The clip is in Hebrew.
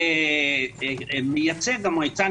אני מייצג את המועצה,